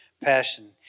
passion